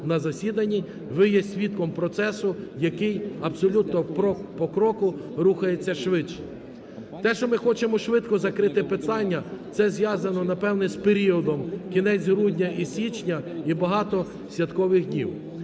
на засіданні, ви є свідком процесу, який абсолютно крок по кроку рухається швидше. Те, що ми хочемо швидко закрити питання, це зв'язано напевно з періодом кінець грудня і січня і багато святкових днів.